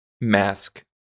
Mask